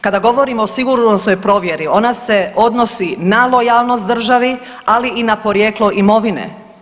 Kada govorimo o sigurnosnoj provjeri ona se odnosi na lojalnost državi, ali i na porijeklo imovine.